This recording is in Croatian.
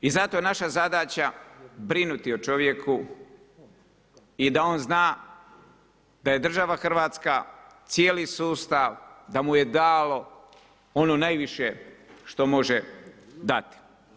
I zato je naša zadaća brinuti o čovjeku i da on zna da je država Hrvatska cijeli sustav, da mu je dalo ono najviše što može dati.